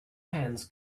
hands